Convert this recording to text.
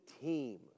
team